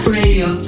radio